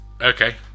Okay